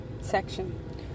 section